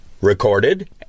recorded